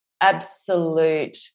absolute